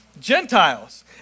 Gentiles